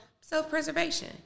self-preservation